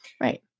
Right